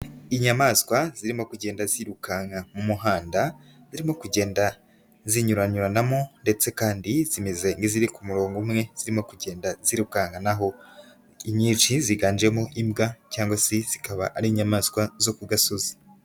Inyamaswa zirimo kugenda zirukanka mu muhanda, zirimo kugenda zinyuranyuranamo ndetse kandi zimeze nk'iziri ku murongo umwe, zirimo kugenda zirukankanaho, inyinshi ziganjemo imbwa cyangwa se zikaba ari inyamaswa zo ku gasozi.